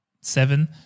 seven